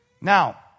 Now